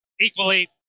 equally